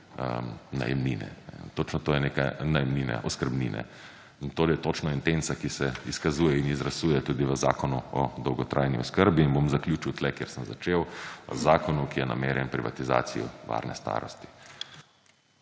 da bodo ja še bolj navijali oskrbnine. Točno intenca, ki se izkazuje in izrisuje tudi v zakonu o dolgotrajni oskrbi. In bom zaključil tu, kjer sem začel, zakonu, ki je namenjen privatizaciji varne starosti.